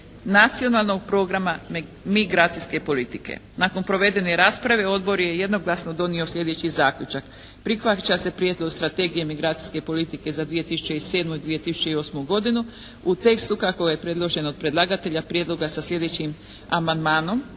Nacionalnog programa migracijske politike. Nakon provedene rasprave odbor je jednoglasno donio sljedeći zaključak. Prihvaća se Prijedlog strategije migracijske politike za 2007. i 2008. godinu u tekstu kako je predloženo od predlagatelja prijedloga sa sljedećim amandmanom.